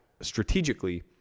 strategically